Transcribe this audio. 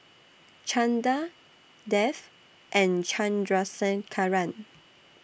Chanda Dev and Chandrasekaran